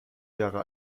jahre